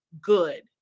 good